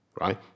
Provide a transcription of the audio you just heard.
Right